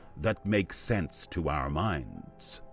that make sense to our minds.